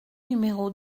numéro